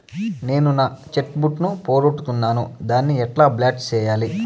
నేను నా cheque book ను పోగొట్టుకున్నాను దాన్ని ఎట్లా బ్లాక్ సేయాలి?